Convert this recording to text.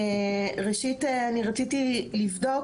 ראשית, אני רציתי לבדוק.